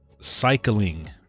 cycling